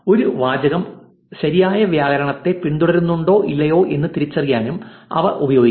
ഒരു വാചകം ശരിയായ വ്യാകരണത്തെ പിന്തുടരുന്നുണ്ടോ ഇല്ലയോ എന്ന് തിരിച്ചറിയാനും അവ ഉപയോഗിക്കാം